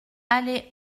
allée